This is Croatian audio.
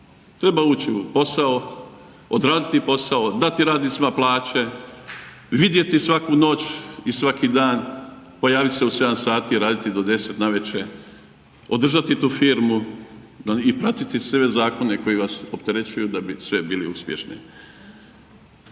Treba ući u posao, odraditi posao, dati radnicima plaće, vidjeti svaku noć i svaki dan, pojaviti se u 7h, raditi do 10 navečer, održati tu firmu i pratiti sve zakone koji vas opterećuju da biste bili uspješni.